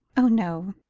oh, no,